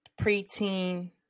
preteen